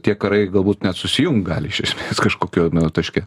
tie karai galbūt net susijunkt gali iš esmės kažkokio nu taške